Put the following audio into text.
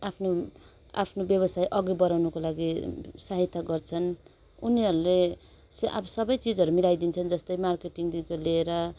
आफ्नो आफ्नो व्यवसाय अघि बढाउनुको लागि सहायता गर्छन् उनीहरूले अब सबै चिजहरू मिलाइ दिन्छन् जस्तै मार्केटिङदेखिको लिएर